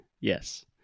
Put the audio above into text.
Yes